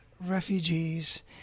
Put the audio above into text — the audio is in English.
refugees